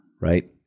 right